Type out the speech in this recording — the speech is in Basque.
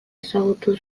ezagutu